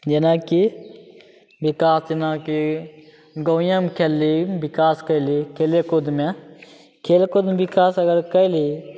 जेनाकि विकास जेनाकि गामेमे खेललही विकास कएलही खेलेकूदमे खेलकूदमे विकास अगर केलही